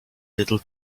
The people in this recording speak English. little